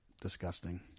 disgusting